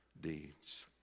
deeds